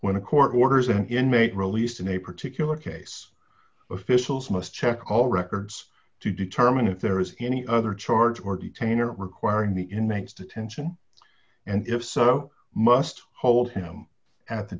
when a court orders an inmate released in a particular case officials must check all records to determine if there is any other charge or detain or requiring the inmates detention and if so must hold him at the